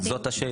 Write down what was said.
זאת השאלה.